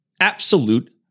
Absolute